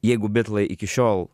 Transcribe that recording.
jeigu bitlai iki šiol